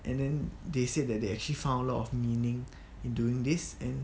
and then they said that they actually found a lot of meaning in doing this and